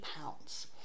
pounds